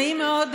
נעים מאוד,